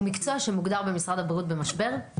מקצוע שמוגדר במשרד הבריאות במשבר?